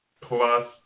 plus